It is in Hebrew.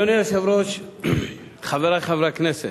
יולי אולי, יולי, אולי אתה רוצה?